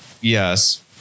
Yes